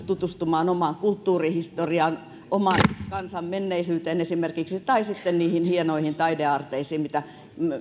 tutustumaan omaan kulttuurihistoriaan esimerkiksi oman kansan menneisyyteen tai sitten niihin hienoihin taideaarteisiin mitä